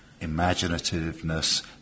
imaginativeness